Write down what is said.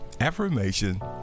affirmation